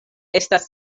estas